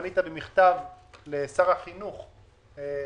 פנית במכתב לשר החינוך דאז,